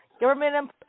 Government